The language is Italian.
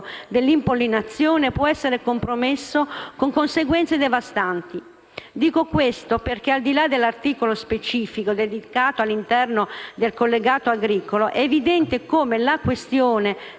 dell'impollinazione può essere compromesso con conseguenze devastanti. Dico questo perché, al di là dell'articolo specifico dedicato all'interno del collegato agricolo, è evidente come la questione